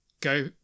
go